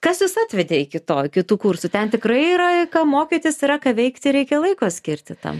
kas jus atvedė iki to iki tų kursų ten tikrai yra ką mokytis yra ką veikti reikia laiko skirti tam